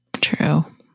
True